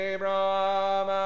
Abraham